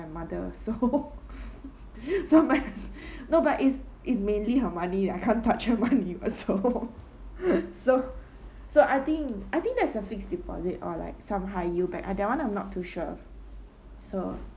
my mother so so but no but it's it's mainly her money I can't touch her money mah so so so I think I think that's a fixed deposit or like some high yield bank uh that one I'm not too sure so